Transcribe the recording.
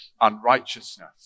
unrighteousness